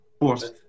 fourth